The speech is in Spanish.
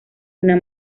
una